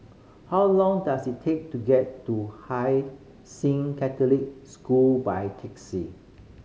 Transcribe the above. how long does it take to get to Hai Sing Catholic School by taxi